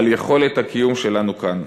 על יכולת הקיום שלנו כאן.